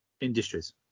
industries